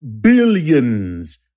billions